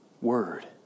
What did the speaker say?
word